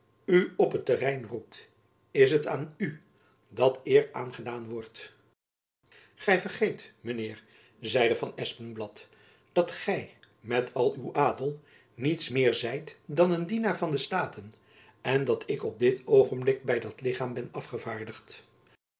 u op het terrein roept is het aan u dat eer aangedaan wordt gy vergeet mijn heer zeide van espenblad dat gy met al uw adel niets meer zijt dan een dienaar van de staten en dat ik op dit oogenblik by dat lichaam ben afgevaardigd